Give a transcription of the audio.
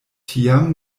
tiam